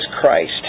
Christ